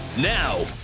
now